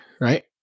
right